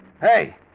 Hey